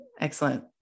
Excellent